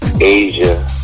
Asia